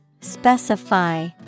Specify